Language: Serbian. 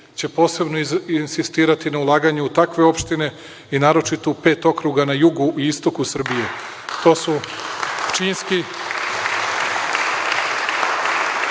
će posebno insistirati na ulaganju u takve opštine i naročito u pet okruga na jugu i istoku Srbije. To su Pčinjski,